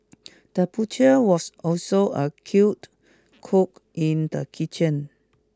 the butcher was also a killed cook in the kitchen